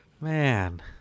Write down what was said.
Man